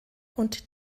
und